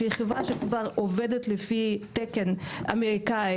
שהיא חברה שכבר עובדת לפי תקן אמריקאי